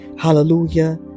hallelujah